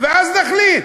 אז נחליט.